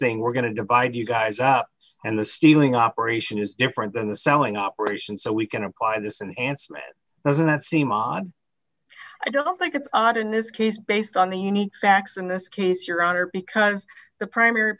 thing we're going to divide you guys up and the stealing operation is different than the selling operation so we can apply this in answer that doesn't that seem odd i don't think it's odd in this case based on the unique facts in this case your honor because the primary